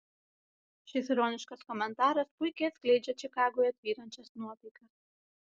šis ironiškas komentaras puikiai atskleidžia čikagoje tvyrančias nuotaikas